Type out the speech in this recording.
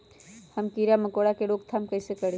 हम किरा मकोरा के रोक थाम कईसे करी?